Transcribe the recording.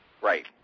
right